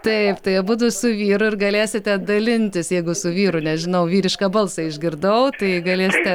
taip tai abudu su vyru ir galėsite dalintis jeigu su vyru nežinau vyrišką balsą išgirdau tai galėsite